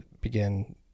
begin